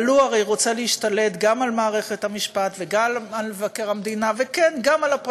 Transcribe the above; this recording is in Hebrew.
אבל הוא הרי רוצה להשתלט גם על מערכת המשפט וגם על מבקר המדינה,